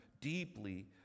deeply